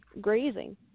grazing